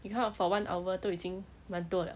你看 hor for one hour 都已经蛮多了